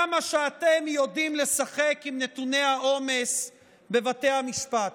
כמה שאתם יודעים לשחק עם נתוני העומס בבתי המשפט.